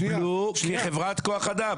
קיבלו כחברת כוח אדם.